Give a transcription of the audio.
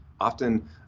Often